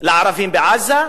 לערבים בעזה,